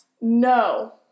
No